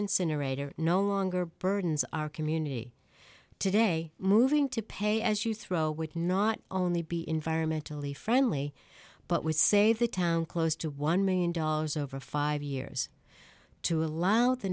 incinerator no longer burdens our community today moving to pay as you throw would not only be environmentally friendly but with say the town close to one million dollars over five years to allow the